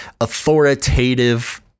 authoritative